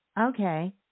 Okay